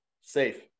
safe